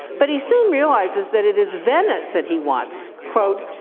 but he soon realizes that it is venice that he wants. quote,